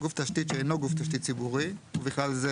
גוף תשתית שאינו גוף תשתית ציבורי, ובכלל זה